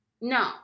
No